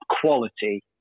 quality